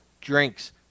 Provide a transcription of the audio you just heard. drinks